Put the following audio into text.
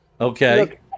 Okay